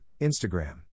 Instagram